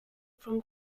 from